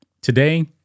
today